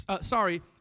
sorry